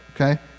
okay